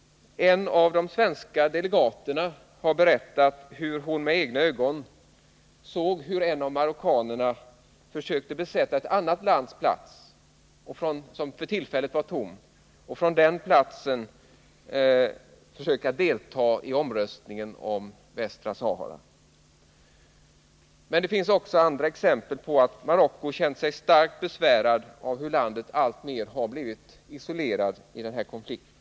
En av de svenska delegaterna har berättat hur hon med egna ögon såg hur en av marockanerna försökte besätta ett annat lands plats, som för tillfället var tom, för att från den platsen försöka delta i omröstningen om Västra Sahara. Men det finns också annat som visar att Marocko är starkt besvärat av att landet alltmer isolerats i den här konflikten.